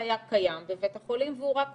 שהיה קיים בבית החולים והוא רק הוסט,